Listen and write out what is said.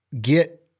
get